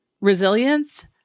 resilience